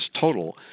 total